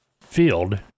field